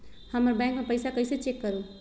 हमर बैंक में पईसा कईसे चेक करु?